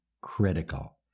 critical